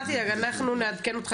אל תדאג, יעקב.